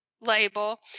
label